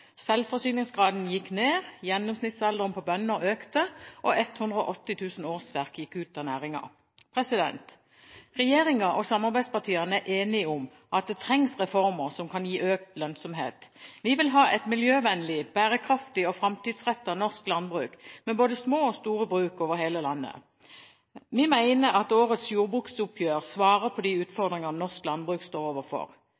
selvforsyningsgraden gikk ned, gjennomsnittsalderen på bønder økte, og 180 000 årsverk gikk ut av næringen. Regjeringen og samarbeidspartiene er enige om at det trengs reformer som kan gi økt lønnsomhet. Vi vil ha et miljøvennlig, bærekraftig og framtidsrettet norsk landbruk med både små og store bruk over hele landet. Vi mener at årets jordbruksoppgjør svarer på de